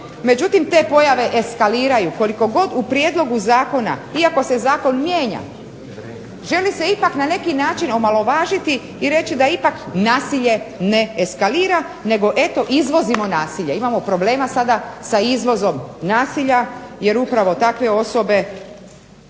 međutim te pojave eskaliraju. Koliko god u prijedlogu zakona, iako se zakon mijenja, želi se ipak na neki način omalovažiti i reći da ipak nasilje ne eskalira nego eto izvozimo nasilje, imamo problema sada sa izvozom nasilja jer upravo takve osobe